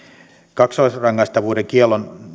kaksoisrangaistavuuden kiellon